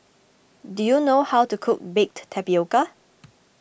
do you know how to cook Baked Tapioca